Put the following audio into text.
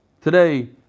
Today